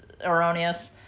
erroneous